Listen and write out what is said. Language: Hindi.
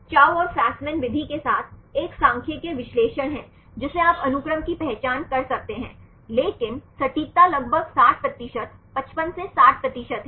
चाउ और फ़स्मान विधि के साथ एक सांख्यिकीय विश्लेषण है जिसे आप अनुक्रम की पहचान कर सकते हैं लेकिन सटीकता लगभग 60 प्रतिशत 55 से 60 प्रतिशत है